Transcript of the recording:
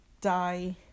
die